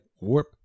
warp